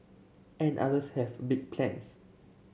and others have big plans